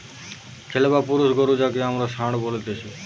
ছেলে বা পুরুষ গরু যাঁকে আমরা ষাঁড় বলতেছি